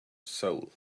soul